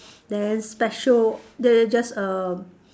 then special then it just a